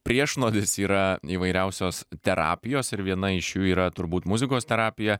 priešnuodis yra įvairiausios terapijos ir viena iš jų yra turbūt muzikos terapija